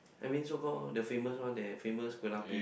I mean so call the famous one they have famous kueh-lapis